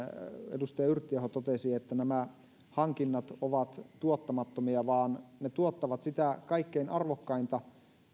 edustaja yrttiaho totesi että nämä hankinnat ovat tuottamattomia vaan ne tuottavat sitä kaikkein arvokkainta